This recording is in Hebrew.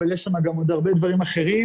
אבל יש שם גם עוד הרבה דברים אחרים.